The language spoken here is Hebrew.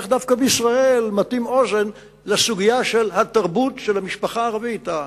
איך דווקא בישראל מטים אוזן לסוגיה של התרבות של המשפחה הערבית,